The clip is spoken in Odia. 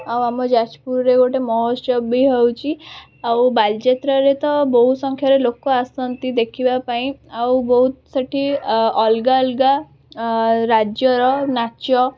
ଆଉ ଆମ ଯାଜପୁରରେ ଗୋଟେ ମହତ୍ସବ ବି ହେଉଛି ଆଉ ବାଲିଯାତ୍ରାରେ ତ ବହୁସଂଖ୍ୟାରେ ଲୋକ ଆସନ୍ତି ଦେଖିବା ପାଇଁ ଆଉ ବହୁତ ସେଇଠି ଅଲଗା ଅଲଗା ରାଜ୍ୟର ନାଚ